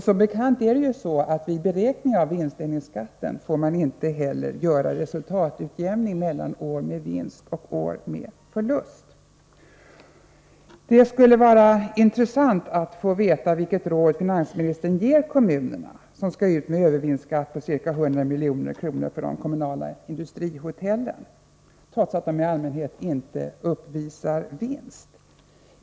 Som bekant får man vid beräkningen av vinstdelningsskatten inte heller göra resultatutjämning mellan år med vinst och år med förlust. Det skulle vara intressant att få veta vilket råd finansministern ger kommunerna som skall ut med övervinstskatt på ca 100 milj.kr. för de kommunala industrihotellen, trots att dessa i allmänhet inte uppvisar vinst.